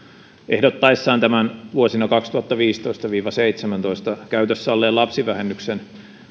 ehdottaessaan tämän vuosina kaksituhattaviisitoista viiva kaksituhattaseitsemäntoista käytössä olleen lapsivähennyksen